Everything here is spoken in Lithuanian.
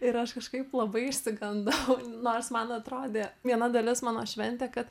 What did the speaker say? ir aš kažkaip labai išsigandau nors man atrodė viena dalis mano šventė kad